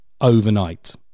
overnight